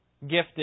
gifted